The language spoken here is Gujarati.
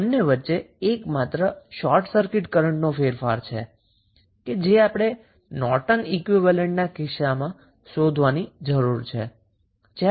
બંને વચ્ચે એકમાત્ર શોર્ટ સર્કિટ કરન્ટનો ફેરફાર છે જે આપણે નોર્ટન ઈક્વીવેલેન્ટના કિસ્સામાં શોધવાની જરૂર છે